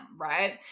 right